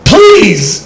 Please